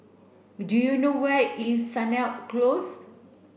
do you know where is Sennett Close